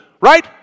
Right